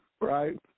right